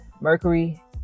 Mercury